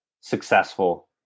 successful